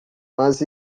mas